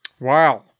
Wow